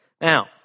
Now